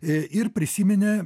ir prisiminė